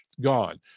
gone